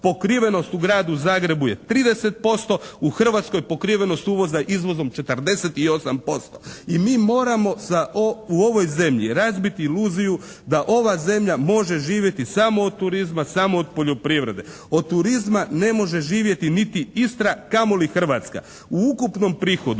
Pokrivenost u Gradu Zagrebu je 30%. U Hrvatskoj pokrivenost uvoza izvozom 48%. I mi moramo u ovoj zemlji razbiti iluziju da ova zemlja može živjeti samo od turizma, samo od poljoprivrede. Od turizma ne može živjeti niti Istra, kamo li Hrvatska. U ukupnom prihodu